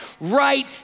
right